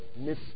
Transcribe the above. Miss